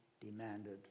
demanded